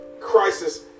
crisis